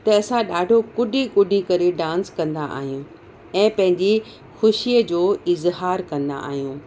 त असां ॾाढो कुॾी कुॾी करे डांस कंदा आहियूं ऐं पंहिंजी ख़ुशीअ जो इज़हारु कंदा आहियूं